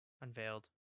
Unveiled